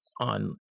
on